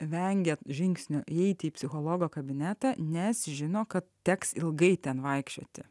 vengia žingsnio įeiti į psichologo kabinetą nes žino kad teks ilgai ten vaikščioti